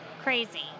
crazy